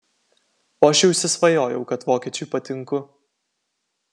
o aš jau įsisvajojau kad vokiečiui patinku